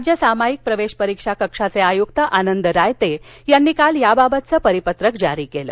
राज्य सामाईक प्रवेश परीक्षा कक्षाचे आयुक्त आनंद रायते यांनी काल याबाबतचं परिपत्रक जारी केलं